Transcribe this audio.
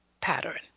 pattern